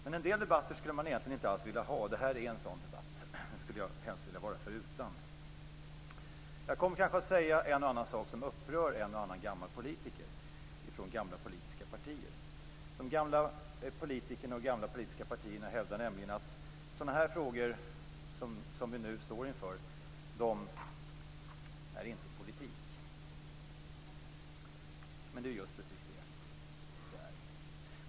Men en del debatter skulle man egentligen inte alls vilja ha, och det här är en sådan debatt. Den skulle jag helst vilja vara förutan. Jag kommer kanske att säga en och annan sak som upprör en och annan gammal politiker från de gamla politiska partierna. De gamla politikerna och de gamla politiska partierna hävdar nämligen att sådana frågor som de som vi nu står inför inte är politik. Men det är just precis det de är.